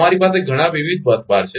તમારી પાસે ઘણા વિવિધ બસ બાર છે